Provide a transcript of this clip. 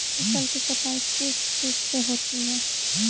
फसल की कटाई किस चीज से होती है?